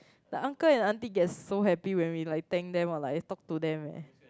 the uncle and aunty gets so happy when we like thank them or talk to them